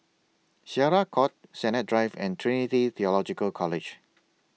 Syariah Court Sennett Drive and Trinity Theological College